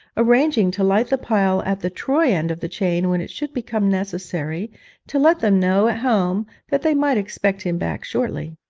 arranging to light the pile at the troy end of the chain when it should become necessary to let them know at home that they might expect him back shortly.